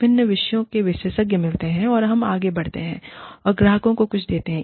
विभिन्न विषयों से विशेषज्ञ मिलते हैं और हम आगे बढ़ते हैं और ग्राहक को कुछ देते हैं